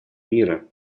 мира